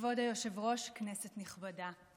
כבוד היושב-ראש, כנסת נכבדה,